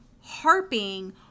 harping